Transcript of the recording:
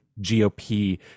GOP